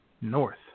North